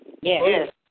yes